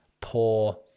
poor